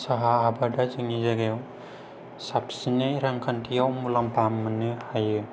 साहा आबादआ जोंनि जायगायाव साबसिनै रांखान्थियाव मुलाम्फा मोननो हायो